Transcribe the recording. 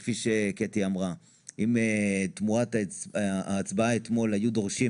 כפי שקטי אמרה: אם תמורת ההצעה אתמול היו דורשים